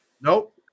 Nope